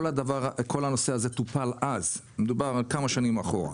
כל הנושא הזה טופל אז, מדובר על כמה שנים אחורה,